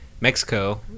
Mexico